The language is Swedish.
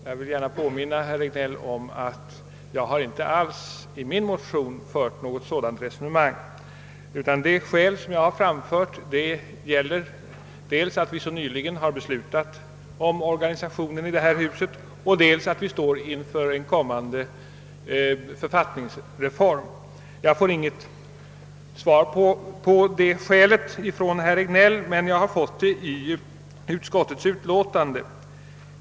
Jag vill därför gärna påminna herr Regnéll om att jag i min motion inte fört något sådant resonemang, utan de skäl jag pekat på är dels att vi så nyligen beslutat om organisationen, dels att vi står inför en författningsreform. Jag fick inget svar härvidlag av herr Regnéll, men jag har fått svar i utskottets utlåtande.